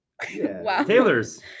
taylors